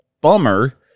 bummer